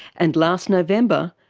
and last november,